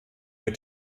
mit